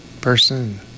person